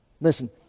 listen